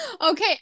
Okay